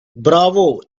bravo